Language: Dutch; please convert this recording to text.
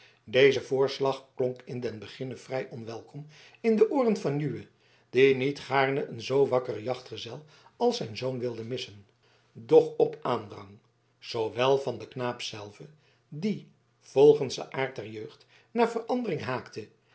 deze voorslag klonk in den beginne vrij onwelkom in de ooren van juwe die niet gaarne een zoo wakkeren jachtgezel als zijn zoon wilde missen doch op aandrang zoowel van den knaap zelven die volgens den aard der jeugd naar verandering haakte